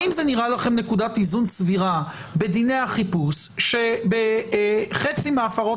האם זה נראה לכם נקודת איזון סבירה בדיני החיפוש שבחצי מהפרות